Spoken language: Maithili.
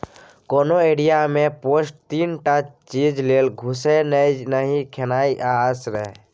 कोनो एरिया मे पेस्ट तीन टा चीज लेल घुसय छै नमी, खेनाइ आ आश्रय